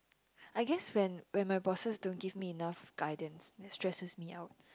I guess when when my bosses don't give me enough guidance that stresses me out